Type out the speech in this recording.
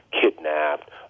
kidnapped